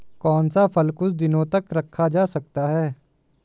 कौन सा फल कुछ दिनों तक रखा जा सकता है?